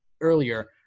earlier